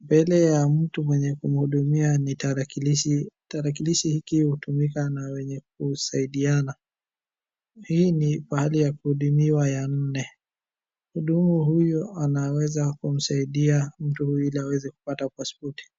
Mbele ya mtu mwenye kumhudumiwa ni tarakilishi, tarakilishi hiki hutumika na wenye kusaidiana, hii ni pahali ya kuhudumia ya nne. Mhudumu huyu anaweza kumsaidia mtu huyu ili aweze kupata paspoti.